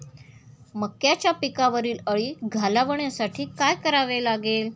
मक्याच्या पिकावरील अळी घालवण्यासाठी काय करावे लागेल?